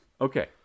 Okay